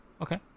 Okay